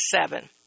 seven